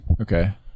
Okay